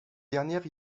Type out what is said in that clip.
dernières